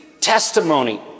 testimony